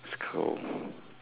it's cold